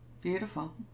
Beautiful